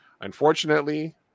Unfortunately